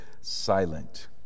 silent